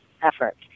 effort